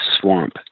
swamp